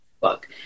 book